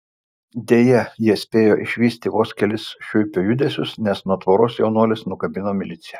deja jie spėjo išvysti vos kelis šiuipio judesius nes nuo tvoros jaunuolius nukabino milicija